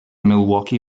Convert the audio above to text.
milwaukee